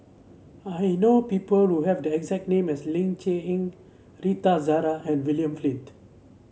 I know people who have the exact name as Ling Cher Eng Rita Zahara and William Flint